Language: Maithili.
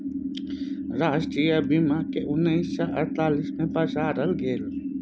राष्ट्रीय बीमाक केँ उन्नैस सय अड़तालीस मे पसारल गेलै